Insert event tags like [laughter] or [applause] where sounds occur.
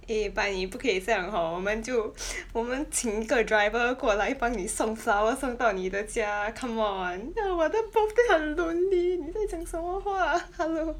eh but 你不可以这样 hor 我们就 [breath] 我们请一个 driver 过来帮你送 flower 送到你的家 come on 我的 birthday 很 lonely 你在讲什么话 hello